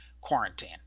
quarantine